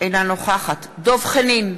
אינה נוכחת דב חנין,